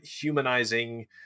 humanizing